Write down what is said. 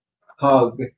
hug